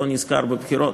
לא ניזכר בבחירות.